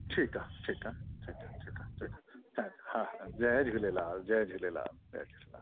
ठीकु आहे ठीकु आहे ठीकु आहे ठीकु आहे ठीकु आहे हा हा जय झूलेलाल जय झूलेलाल जय झूलेलाल